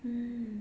mm